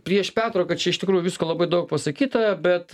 prieš pertrauką čia iš tikrųjų visko labai daug pasakyta bet